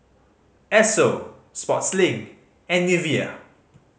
Esso Sportslink and Nivea